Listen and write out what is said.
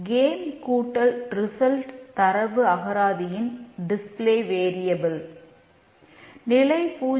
க்கேம்ரிசல்ட்